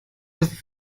auf